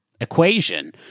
equation